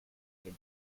get